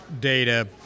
data